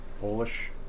Polish